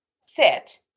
sit